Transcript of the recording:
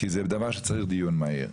כי זה דבר שצריך דיון מהיר.